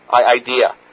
idea